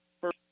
first